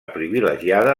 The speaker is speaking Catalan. privilegiada